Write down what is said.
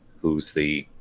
who's the